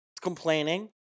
complaining